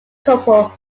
couple